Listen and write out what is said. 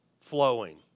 flowing